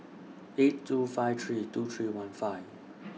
eight two five three two three one five